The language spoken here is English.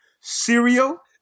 cereal